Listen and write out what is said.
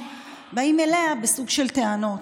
באים אליה בסוג של טענות.